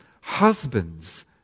husbands